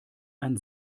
ein